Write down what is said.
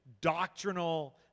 doctrinal